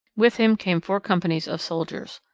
with him came four companies of soldiers.